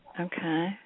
Okay